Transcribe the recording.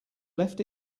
left